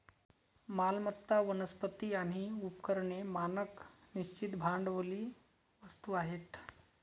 मालमत्ता, वनस्पती आणि उपकरणे मानक निश्चित भांडवली वस्तू आहेत